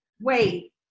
Wait